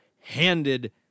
handed